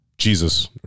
Jesus